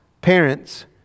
parents